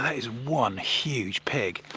ah is one huge pig.